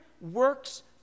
works